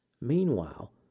Meanwhile